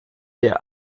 der